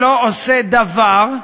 שלא עושה דבר,